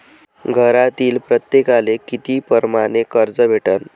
घरातील प्रत्येकाले किती परमाने कर्ज भेटन?